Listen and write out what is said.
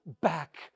back